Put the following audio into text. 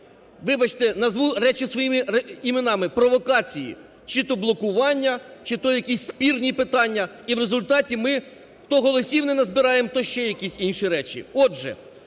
вибачте, назву речі своїми іменами, провокації: чи то блокування, чи то якісь спірні питання. І в результаті ми то голосів не назбираємо, то ще якісь інші речі. Отже,